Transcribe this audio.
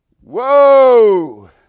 whoa